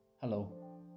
Hello